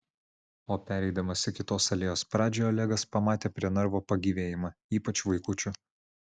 o pereidamas į kitos alėjos pradžią olegas pamatė prie narvo pagyvėjimą ypač vaikučių